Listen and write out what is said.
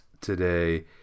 today